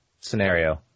scenario